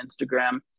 Instagram